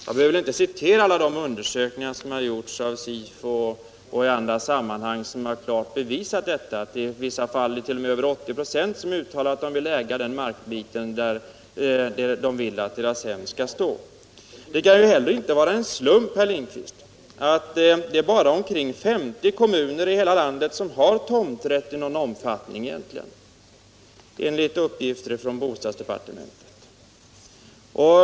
Jag behöver väl inte citera alla de undersökningar som gjorts av Sifo och andra, som klart har bevisat att i vissa fall över 80 26 av de tillfrågade har uttalat att de vill äga den markbit där de vill att deras hem skall stå. Det kan inte heller vara en slump, herr Lindkvist, att bara omkring 50 kommuner i hela landet har tomträtt i någon egentlig omfattning — enligt uppgifter från bostadsdepartementet.